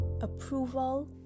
approval